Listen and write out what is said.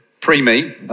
pre-me